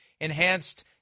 enhanced